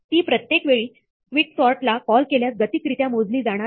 ती प्रत्येक वेळी क्विकसॉर्ट ला कॉल केल्यास गतिकरित्या मोजली जाणार नाही